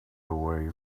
away